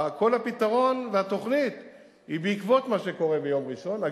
כל הפתרון והתוכנית הם בעקבות מה שקורה ביום ראשון.